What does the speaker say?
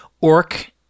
orc